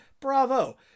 bravo